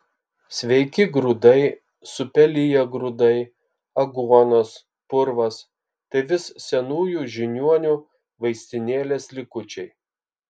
sveiki grūdai supeliję grūdai aguonos purvas tai vis senųjų žiniuonių vaistinėlės likučiai